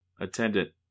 Attendant